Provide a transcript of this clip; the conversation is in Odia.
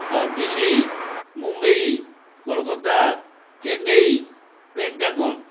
ହଁ ଦିଲ୍ଲୀ ମୁମ୍ବାଇ କୋଲକତା ଚେନ୍ନାଇ ପେଣ୍ଟାଗନ୍